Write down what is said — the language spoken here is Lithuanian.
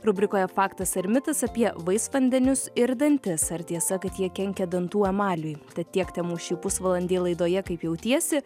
rubrikoje faktas ar mitas apie vaisvandenius ir dantis ar tiesa kad jie kenkia dantų emaliui tad tiek temų šį pusvalandį laidoje kaip jautiesi